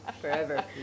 forever